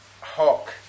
hawk